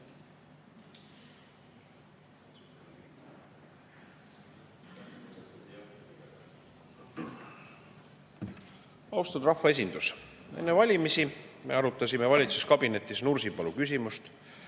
Austatud rahvaesindus! Enne valimisi me arutasime valitsuskabinetis Nursipalu küsimust.